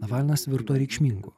navalnas virto reikšmingu